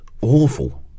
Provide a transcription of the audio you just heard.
awful